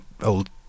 old